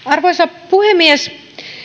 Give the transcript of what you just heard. arvoisa puhemies